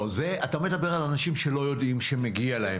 לא, אתה מדבר על אנשים שלא יודעים שמגיע להם.